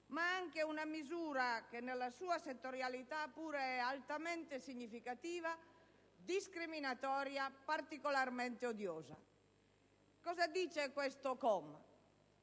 ma anche una misura che, pur nella sua settorialità, è altamente significativa, discriminatoria e particolarmente odiosa. Questo comma